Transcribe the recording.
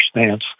stance